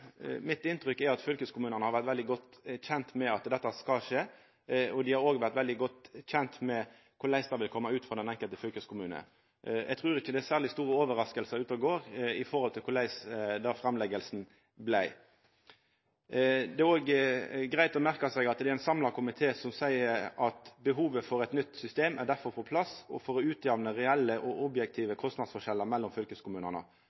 Mitt inntrykk er at fylkeskommunane har vore veldig godt kjente med at dette skulle skje, og dei har òg vore veldig godt kjente med korleis det ville koma ut for den enkelte fylkeskommunen. Eg trur ikkje det er særleg store overraskingar ute og går når det gjeld korleis den framlegginga vart. Det er òg greitt å merkja seg at det er ein samla komité som seier: «Behovet for eit nytt system er difor på plass for å utjamne reelle og objektive kostnadsforskjellar mellom fylkeskommunane.»